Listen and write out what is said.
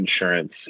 insurance